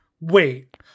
Wait